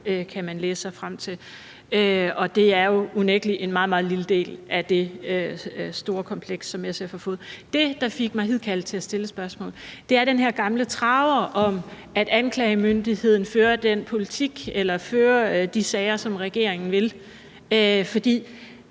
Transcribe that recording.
kan man læse sig frem til, og det er jo unægtelig en meget, meget lille del af det store kompleks, som SF har fået. Det, der fik mig til at stille et spørgsmål, er den her gamle traver om, at anklagemyndigheden fører de sager, som regeringen vil have.